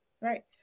Right